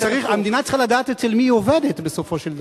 המדינה צריכה לדעת אצל מי היא עובדת בסופו של דבר.